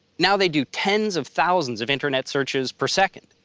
now they do tens of thousands of internet searches per second.